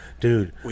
Dude